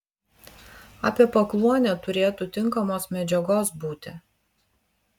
apie pakluonę turėtų tinkamos medžiagos būti